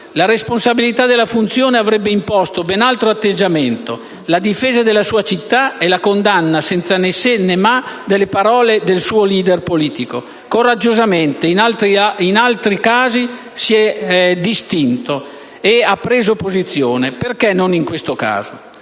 La responsabilità della funzione avrebbe imposto ben altro atteggiamento: la difesa della sua città e la condanna, senza né se e né ma, delle parole del suo *leader* politico. Coraggiosamente, in altri casi, si è distinto e ha preso posizione; perché non in questo caso?